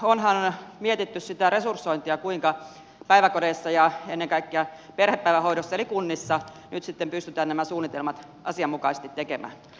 onhan mietitty sitä resursointia kuinka päiväkodeissa ja ennen kaikkea perhepäivähoidossa eli kunnissa nyt sitten pystytään nämä suunnitelmat asianmukaisesti tekemään